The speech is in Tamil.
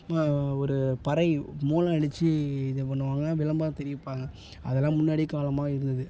ஒரு பறை மேளம் அடிச்சு இது பண்ணுவாங்க விளம்பரம் தெரிவிப்பாங்க அதெல்லாம் முன்னாடி காலமாக இருந்தது